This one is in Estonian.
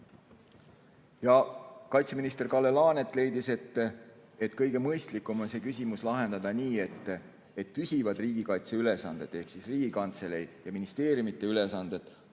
Kaitseminister Kalle Laanet leidis, et kõige mõistlikum on see küsimus lahendada nii, et püsivad riigikaitseülesanded ehk Riigikantselei ja ministeeriumite ülesanded